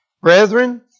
Brethren